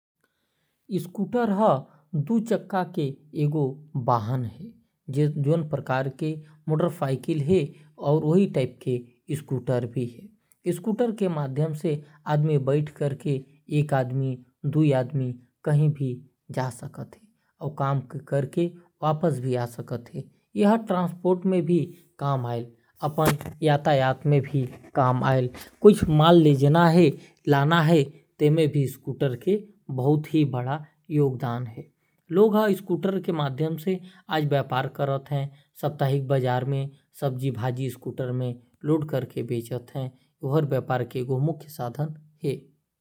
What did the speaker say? स्कूटर हर दु चक्का के वाहन है। स्कूटर के माध्यम से एक आदमी दु आदमी हम कही भी आसानी से आ जा सकत ही। कुछ माल लोड करना है कहीं ले जाना है तो आसानी से ले जा सकत ही। आज कल स्कूटर के माध्यम से कितन लोग व्यापार करत है साप्ताहिक बाजार करत है।